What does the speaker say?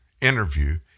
interview